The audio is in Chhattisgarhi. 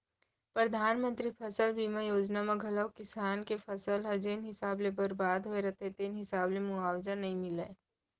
परधानमंतरी फसल बीमा योजना म घलौ किसान के फसल ह जेन हिसाब ले बरबाद होय रथे तेन हिसाब ले मुवावजा नइ मिलय